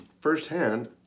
firsthand